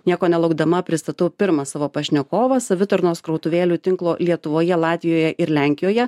nieko nelaukdama pristatau pirmą savo pašnekovą savitarnos krautuvėlių tinklo lietuvoje latvijoje ir lenkijoje